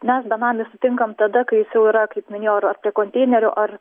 mes benamį sutinkam tada kai jis jau yra kaip minėjo ar prie konteinerių ar